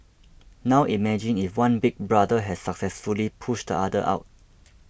now imagine if one Big Brother has successfully pushed the other out